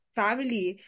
family